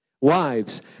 Wives